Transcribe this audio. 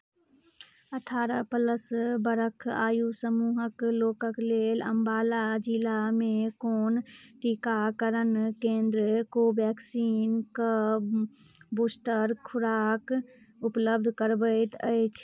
अठारह प्लस बरख आयु समूहक लोकक लेल अम्बाला जिलामे कोन टीकाकरण केन्द्र कोवेक्सिनके बूस्टर खुराक उपलब्ध करबैत अछि